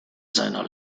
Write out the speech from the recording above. seiner